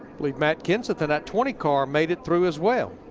believe matt kenseth and that twenty car made it through as well.